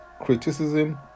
criticism